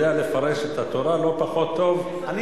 ואתה יודע לפרש את התורה לא פחות טוב מאלה,